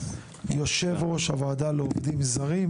יושב ראש הוועדה לעובדים זרים